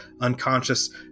unconscious